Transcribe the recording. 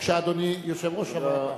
בבקשה, אדוני, יושב-ראש הוועדה.